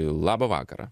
labą vakarą